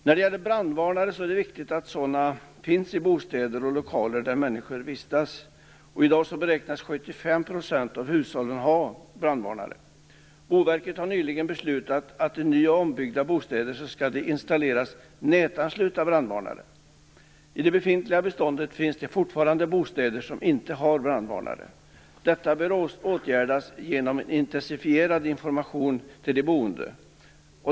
När det gäller brandvarnare är det viktigt att sådana finns i bostäder och lokaler där människor vistas. I dag beräknas 75 % av hushållen ha brandvarnare. Boverket har nyligen beslutat att det i ny och ombyggda bostäder skall installeras nätanslutna brandvarnare. I det befintliga beståndet finns det fortfarande bostäder som inte har brandvarnare. Detta bör åtgärdas genom en intensifierad information till de boende.